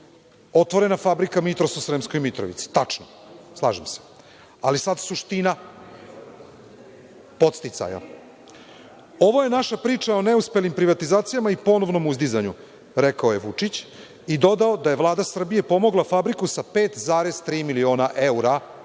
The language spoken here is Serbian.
otvorena fabrika Mitros u Sremskoj Mitrovici. Tačno. Slažem se. Sada suština podsticaja. Ovo je naša priča o neuspelim privatizacijama i ponovnom uzdizanju, rekao je Vučić, i dodao da je Vlada Srbije pomogla fabriku sa 5,3 miliona evra